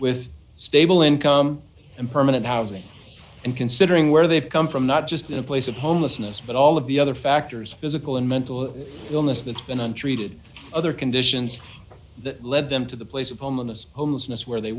with stable income and permanent housing and considering where they've come from not just in a place of homelessness but all of the other factors physical and mental illness that's been untreated other conditions that lead them to the place of pomona's homelessness where they